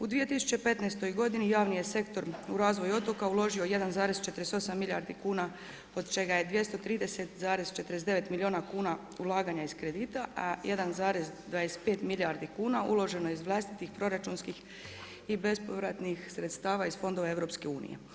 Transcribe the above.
U 2015. javni je sektor u razvoju otoka uložio 1,48 milijardi kuna od čega je 23,49 milijuna kuna ulaganje iz kredita, a 1,25 milijardi kuna, uloženo je iz vlastitih, proračunskih i bespovratnih sredstava iz fondova EU.